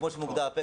כמו שמוגדר,